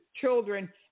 children